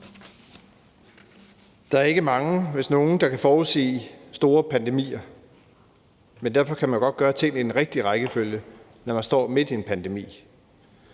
Der er ikke mange, hvis nogen, der kan forudsige store pandemier, men derfor kan man jo godt gøre ting i den rigtige rækkefølge, når man står midt i en pandemi.